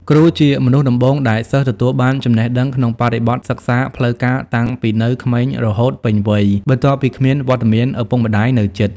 គ្រូជាមនុស្សដំបូងដែលសិស្សទទួលបានចំណេះដឹងក្នុងបរិបទសិក្សាផ្លូវការតាំងពីនៅក្មេងរហូតពេញវ័យ បន្ទាប់ពីគ្មានវត្តមានឱពុកម្តាយនៅជិត។